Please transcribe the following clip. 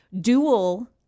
dual